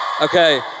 Okay